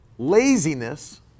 laziness